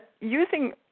using